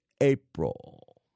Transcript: April